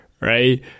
right